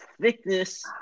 thickness